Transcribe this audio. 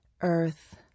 Earth